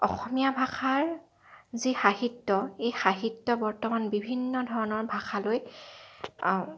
অসমীয়া ভাষাৰ যি সাহিত্য এই সাহিত্য বৰ্তমান বিভিন্ন ধৰণৰ ভাষালৈ